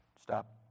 Stop